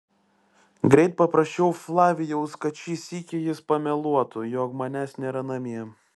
greit paprašiau flavijaus kad šį sykį jis pameluotų jog manęs nėra namie